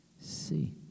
see